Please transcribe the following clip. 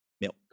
milk